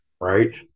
right